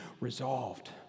resolved